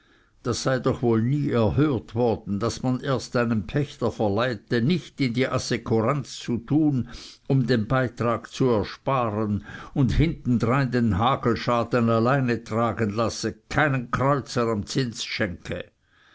das sei doch wohl nie erhört worden daß man erst einen pächter verleite nicht in die assekuranz zu tun um den beitrag zu ersparen und hintendrein den hagelschaden alleine tragen lasse keinen kreuzer am zins schenke